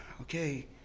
okay